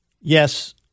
Yes